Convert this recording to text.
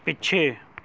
ਪਿੱਛੇ